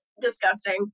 disgusting